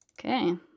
Okay